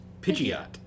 Pidgeot